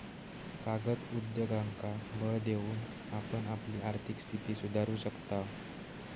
कागद उद्योगांका बळ देऊन आपण आपली आर्थिक स्थिती सुधारू शकताव